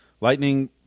Lightning